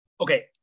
Okay